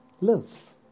lives